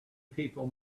people